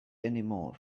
anymore